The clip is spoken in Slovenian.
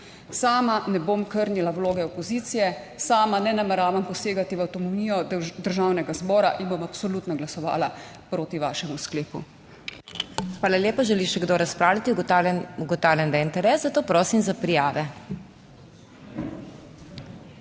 Sama ne bom krnila vloge opozicije, sama ne nameravam posegati v avtonomijo državnega zbora in bom absolutno glasovala proti vašemu sklepu. PODPREDSEDNICA MAG. MEIRA HOT: Hvala lepa. Želi še kdo razpravljati? Ugotavljam, da je interes, zato prosim za prijave.